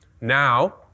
Now